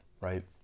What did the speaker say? right